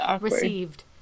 received